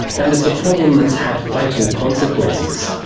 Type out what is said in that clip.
and it's a problem that's had fatal consequences,